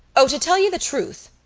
o, to tell you the truth,